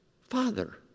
Father